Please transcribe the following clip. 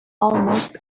almost